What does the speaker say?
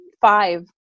five